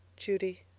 judy